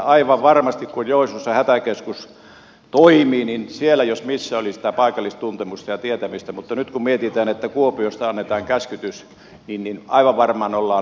aivan varmasti kun joensuussa hätäkeskus toimi siellä jos missä oli sitä paikallistuntemusta ja tietämystä mutta nyt kun mietitään että kuopiosta annetaan käskytys niin aivan varmaan ollaan hataran päällä näissä asioissa